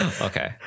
Okay